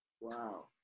Wow